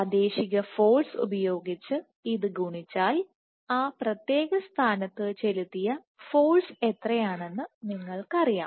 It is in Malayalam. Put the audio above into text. പ്രാദേശിക ഫോഴ്സ് ഉപയോഗിച്ച് ഇത് ഗുണിച്ചാൽ ആ പ്രത്യേക സ്ഥാനത്ത് ചെലുത്തിയ ഫോഴ്സ് എത്രയാണെന്ന് നിങ്ങൾക്കറിയാം